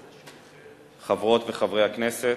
תודה רבה, חברות וחברי הכנסת,